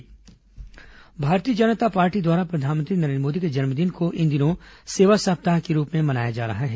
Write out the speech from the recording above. भाजपा सेवा सप्ताह भारतीय जनता पार्टी द्वारा प्रधानमंत्री नरेन्द्र मोदी के जन्मदिन को इन दिनों सेवा सप्ताह के रूप में मनाया जा रहा है